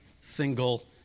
single